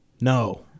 No